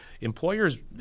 employers